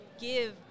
give